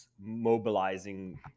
mobilizing